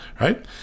right